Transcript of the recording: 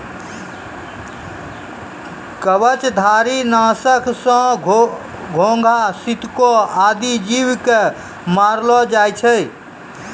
कवचधारी? नासक सँ घोघा, सितको आदि जीव क मारलो जाय छै